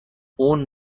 اون